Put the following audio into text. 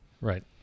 Right